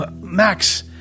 Max